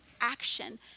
action